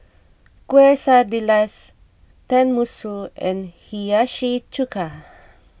Quesadillas Tenmusu and Hiyashi Chuka